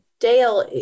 Dale